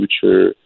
future